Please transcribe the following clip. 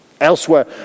Elsewhere